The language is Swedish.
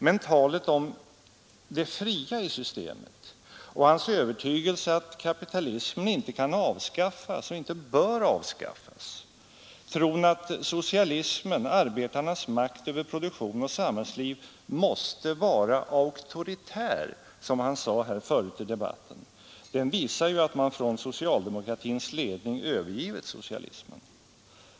Men talet om ”det fria” i systemet och hans övertygelse att kapitalismen inte kan avskaffas och inte bör avskaffas, tron att socialismen — arbetarnas makt över produktion och samhällsliv — måste vara auktoritär, som han sade här förut i debatten, visar att socialdemokratins ledning övergivit socialismen.